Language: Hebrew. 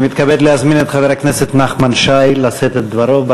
אני מתכבד להזמין את חבר הכנסת נחמן שי לשאת את דברו.